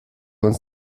uns